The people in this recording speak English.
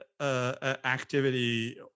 activity